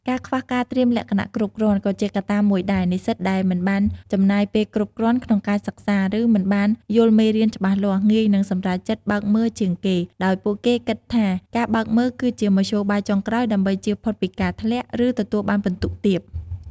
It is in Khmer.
ការខ្វះការត្រៀមលក្ខណៈគ្រប់គ្រាន់ ក៏ជាកត្តាមួយដែរ និស្សិតដែលមិនបានចំណាយពេលគ្រប់គ្រាន់ក្នុងការសិក្សា ឬមិនបានយល់មេរៀនច្បាស់លាស់ ងាយនឹងសម្រេចចិត្តបើកមើលជាងគេ ដោយពួកគេគិតថាការបើកមើលគឺជាមធ្យោបាយចុងក្រោយដើម្បីជៀសផុតពីការធ្លាក់ ឬទទួលបានពិន្ទុទាប។